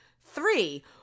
Three